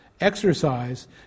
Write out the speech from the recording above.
exercise